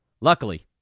Luckily